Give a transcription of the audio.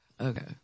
Okay